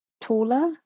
taller